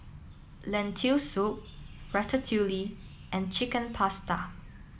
Lentil Soup Ratatouille and Chicken Pasta